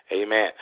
Amen